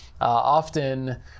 often